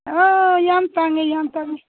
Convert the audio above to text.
ꯑꯥ ꯌꯥꯝ ꯇꯥꯡꯉꯦ ꯇꯥꯡꯉꯦ